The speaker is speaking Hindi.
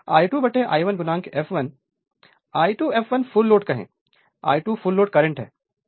तो I2I2 fl I2 fl full load कहें I2 फुल लोड करंटहै